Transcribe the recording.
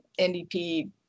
NDP